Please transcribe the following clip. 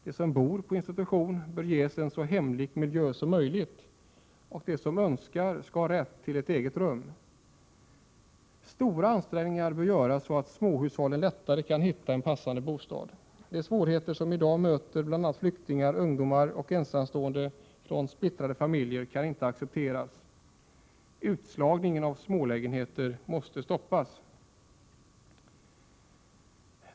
De som bor på institution bör ges en så hemlik miljö som möjligt, och de som så önskar skall ha rätt till ett eget rum. Stora ansträngningar bör göras så att småhushållen lättare kan hitta en passande bostad. De svårigheter som i dag möter bl.a. flyktingar, ungdomar och ensamstående från splittrade familjer kan inte accepteras. Utslagningen av smålägenheter måste stoppas.